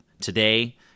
today